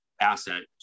asset